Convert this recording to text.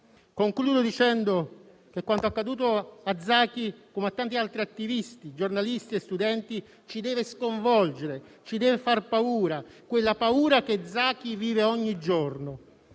Concludo dicendo che quanto accaduto a Zaki, come a tanti altri attivisti, giornalisti e studenti, ci deve sconvolgere e far paura. È proprio questa paura, quella stessa paura che Zaki vive ogni giorno,